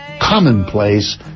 commonplace